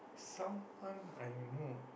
someone I know